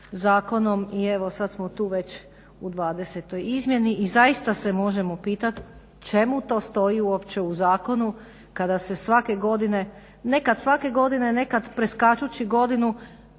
zakonom i evo sada smo tu već u 20.izmjeni i zaista se možemo pitati čemu to stoji uopće u zakonu kada se svake godine, nekad svake godine nekad preskačući godinu